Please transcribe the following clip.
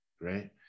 right